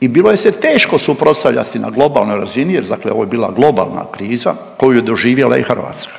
I bilo je se teško suprotstavljati na globalnoj razini jer ovo je bila globalna kriza koju je doživjela i Hrvatska